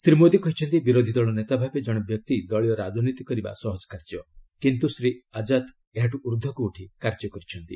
ଶ୍ରୀ ମୋଦୀ କହିଛନ୍ତି ବିରୋଧୀଦଳ ନେତା ଭାବେ ଜଣେ ବ୍ୟକ୍ତି ଦଳୀୟ ରାଜନୀତି କରିବା ସହଜ କାର୍ଯ୍ୟ କିନ୍ତୁ ଶ୍ରୀଆଜାଦ ଏହାଠୁ ଊର୍ଦ୍ଧ୍ୱକୁ ଉଠି କାର୍ଯ୍ୟ କରିଛନ୍ତି